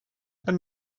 and